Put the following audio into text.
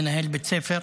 מנהל בית הספר,